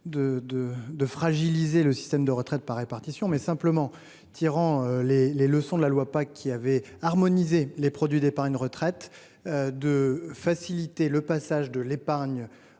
de fragiliser le système de retraite par répartition mais simplement tirant les les leçons de la loi pas qui avait harmoniser les produits d'épargne retraite. De faciliter le passage de l'épargne